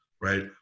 right